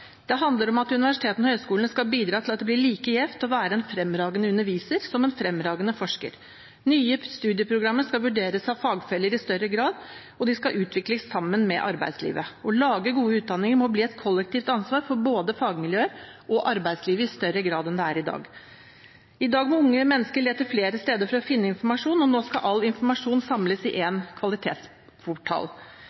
Det handler om at universitetene og høyskolene skal bidra til at det blir like gjevt å være en fremragende underviser som en fremragende forsker. Nye studieprogrammer skal vurderes av fagfeller i større grad, og de skal utvikles sammen med arbeidslivet. Å lage god utdanning må bli et kollektivt ansvar for både fagmiljøer og arbeidslivet i større grad enn i dag. I dag må unge mennesker lete flere steder for å finne informasjon, nå skal all informasjon samles i